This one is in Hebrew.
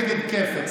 בג"ד כפ"ת,